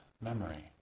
memory